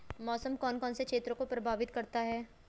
मौसम कौन कौन से क्षेत्रों को प्रभावित करता है?